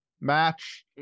match